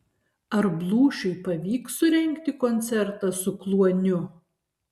ar blūšiui pavyks surengti koncertą su kluoniu